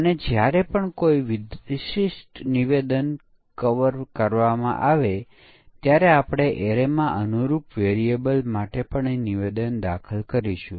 અને પછી આપણે આ 2 પરિમાણોના તમામ સંભવિત સંયોજનો ધ્યાનમાં લેવા પડશે જે 2128 છે